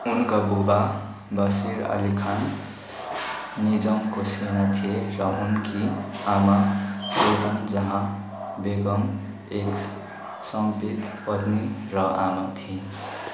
उनका बुबा बसिर अली खान निजामको सेना थिए र उनकी आमा सुल्तान जहाँ बेगम एक समर्पित पत्नी र आमा थिइन्